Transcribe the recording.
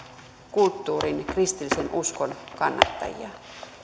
kulttuurin ja kristillisen uskon kannattajia